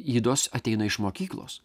ydos ateina iš mokyklos